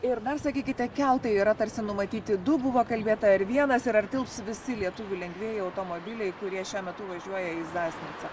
ir dar sakykite keltai yra tarsi numatyti du buvo kalbėta ir vienas ir ar tilps visi lietuvių lengvieji automobiliai kurie šiuo metu važiuoja į zasnicą